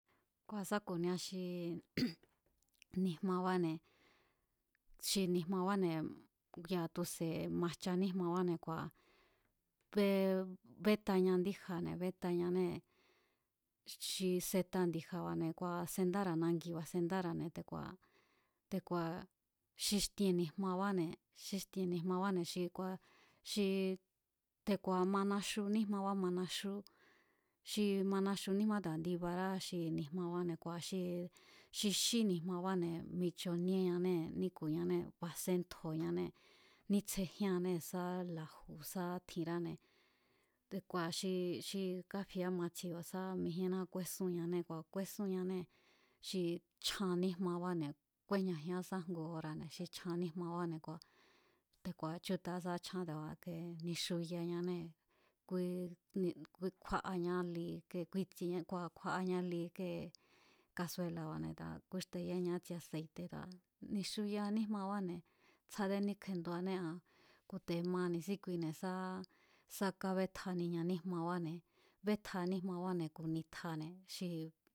Kua̱ sá ku̱nia xi ni̱jmabáne̱, xi ni̱jmabáne̱ ya̱ tu̱se̱ majcha níjmabane̱ be bétaña ndíja̱ne̱ betañanée̱ xi seta ndi̱ja̱ba̱ ngua̱ sendára̱ nangi sendára̱ne̱ te̱ku̱a̱, te̱ku̱a̱ xixtien ni̱jmabáne̱, xixtien ni̱jmabáne̱ xi kua̱ xi te̱ku̱a̱ manaxu níjmaba manaxú, xi manaxu níjmaba te̱ku̱a̱ ndibará xi ni̱jmabáne̱ kua̱ xi xi xí ni̱jmabane̱ michoníéñanee̱ níku̱ñanée̱ baséntjo̱ñanée̱ nítsjejíñanée̱ sa la̱ju̱ sá tjinráne̱, te̱ku̱a̱ xi xi káfie ámatsjieba̱ne̱ sa mijíénna kúésúnñanée̱ kua̱ kuésúnñanée̱ xi chjan níjmabáne̱ kúéjñajián sa ngu ora̱ne̱ xi chan níjmabáne̱ kua̱ te̱ku̱a̱ áchútaá sá áchján te̱ku̱a̱ ike ni̱xuyañanée̱, kue, kue, kjúaañá li, kúítsieñá kua̱ kjúáañá li kée kasuela̱ba̱ne̱ te̱a̱ kúíxteyáña ítsie aseite̱, ni̱xuyaa níjmabáne̱ tsjádé níkjenduanée̱ aa̱ ku̱te̱ ma ni̱síkui sá sa kábétjaniña níjmabáne̱ bétjaa níjmabáne̱ ku̱ nitjane̱ xi.